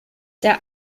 der